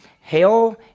Hell